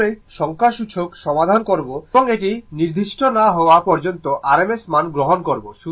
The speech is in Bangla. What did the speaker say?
যখনই সংখ্যাসূচক সমাধান করব এবং এটি নির্দিষ্ট না হওয়া পর্যন্ত rmsমান গ্রহণ করব